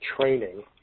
training